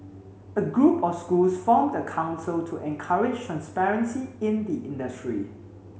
a group of schools formed a council to encourage transparency in the industry